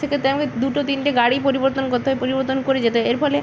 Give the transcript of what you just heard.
সেক্ষেত্রে আমাকে দুটো তিনটে গাড়ি পরিবর্তন করতে হয় পরিবর্তন করে যেতে হয় এর ফলে